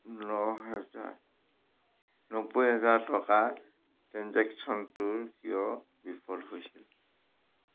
ন হেজাৰ নব্বৈ হেজাৰ টকাৰ ট্ৰেঞ্জেক্শ্য়নটো কিয় বিফল হৈছিল